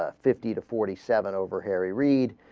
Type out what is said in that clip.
ah fifty two forty seven over harry reid